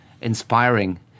inspiring